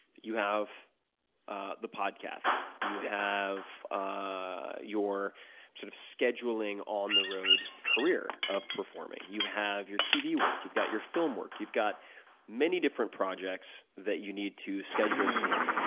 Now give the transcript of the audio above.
you have ah the podcasts. you have ah your sort of scheduling on the road career of performing. you have your tv work. you've got your film work. you've got many different projects that you need to schedule for.